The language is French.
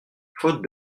faute